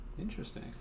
Interesting